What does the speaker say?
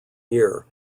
year